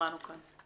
ששמענו כאן.